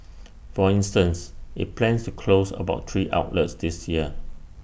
for instance IT plans to close about three outlets this year